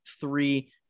three